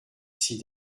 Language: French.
six